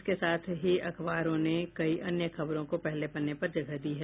इसके साथ ही अखबारों ने कई अन्य खबरों को पहले पन्ने पर जगह दी है